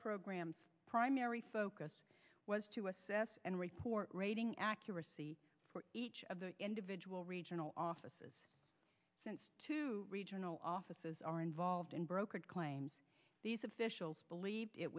program primary focus was to assess and report rating accuracy each of the individual regional offices to regional offices are involved and brokered claims these officials believed it